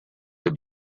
have